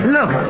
Look